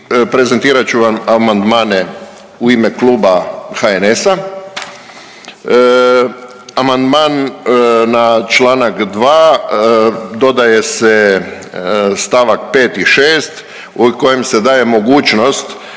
prezentirat ću vam amandmane u ime Kluba HNS-a. Amandman na čl. 2. dodaje se st. 5. i 6. u kojem se daje mogućnost